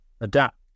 adapt